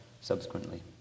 subsequently